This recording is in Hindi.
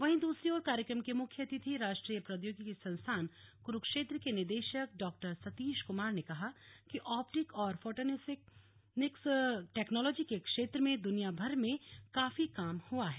वहीं दूसरी ओर कार्यक्रम के मुख्य अतिथि राष्ट्रीय प्रौधोगिकी संस्थान क्रूक्षेत्र के निदेशक डॉ सतीश कुमार ने कहा कि ऑप्टिक और फोटोनिक्स टेक्नोलॉजी के क्षेत्र में दुनियाभर में काफी काम हुआ है